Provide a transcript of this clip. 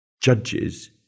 Judges